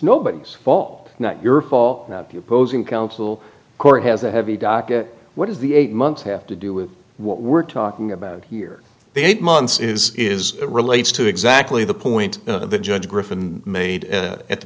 nobody's fault not your fault not opposing counsel court has a heavy docket what is the eight months have to do with what we're talking about here the eight months is is relates to exactly the point the judge griffin made at